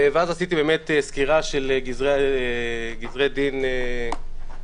ואז עשיתי באמת סקירה של גזרי דין אחורה.